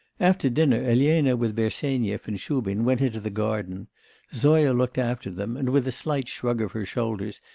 after dinner, elena with bersenyev and shubin went into the garden zoya looked after them, and, with a slight shrug of her shoulders,